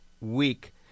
week